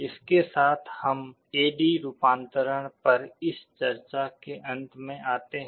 इसके साथ हम ए डी रूपांतरण पर इस चर्चा के अंत में आते हैं